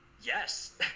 Yes